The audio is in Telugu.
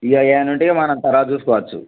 ఇక ఏమన్నా ఉంటే ఇక మనం తరవాత చూసుకోవచ్చు